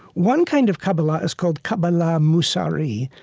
one kind of kabbalah is called kabbalah musari,